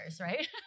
right